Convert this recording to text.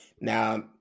Now